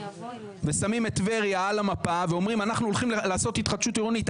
ושמים את טבריה על המפה ואנחנו הולכים לעשות התחדשות עירונית.